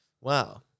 wow